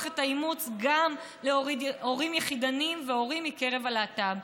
את האימוץ גם להורים יחידנים והורים מקרב הלהט"ב.